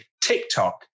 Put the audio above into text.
TikTok